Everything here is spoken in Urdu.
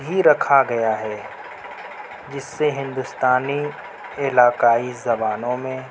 ہی رکھا گیا ہے جس سے ہندوستانی علاقائی زبانوں میں